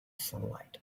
sunlight